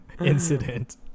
incident